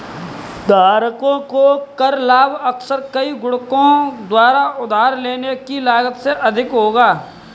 धारकों को कर लाभ अक्सर कई गुणकों द्वारा उधार लेने की लागत से अधिक होगा